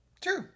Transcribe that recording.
True